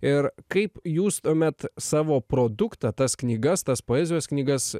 ir kaip jūs tuomet savo produktą tas knygas tas poezijos knygas